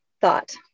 thought